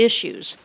issues